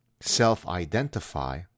self-identify